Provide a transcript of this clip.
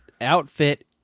outfit